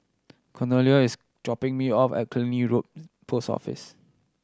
Cornelia is dropping me off at Killiney Road Post Office